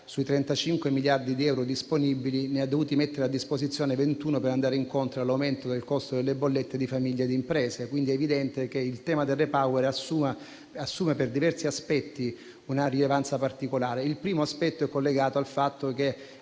su 35 miliardi di euro disponibili, ne ha dovuti mettere a disposizione 21 per andare incontro all'aumento del costo delle bollette per famiglie ed imprese. È evidente quindi che il tema del REPower assume per diversi aspetti una rilevanza particolare. Il primo è collegato al fatto che